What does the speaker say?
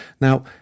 Now